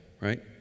Right